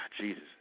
Jesus